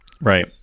Right